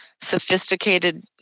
sophisticated